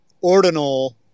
ordinal